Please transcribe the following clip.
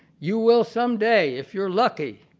you will some day, if you are lucky,